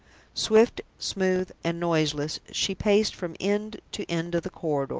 swift, smooth, and noiseless, she paced from end to end of the corridor,